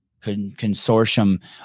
consortium